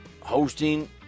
hosting